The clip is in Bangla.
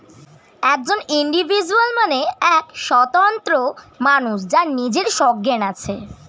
একজন ইন্ডিভিজুয়াল মানে এক স্বতন্ত্র মানুষ যার নিজের সজ্ঞান আছে